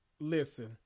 Listen